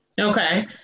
Okay